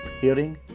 hearing